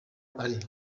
ari